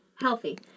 healthy